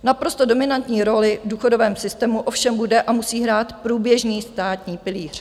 Naprosto dominantní roli v důchodovém systému ovšem bude a musí hrát průběžný státní pilíř.